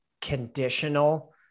conditional